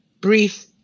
brief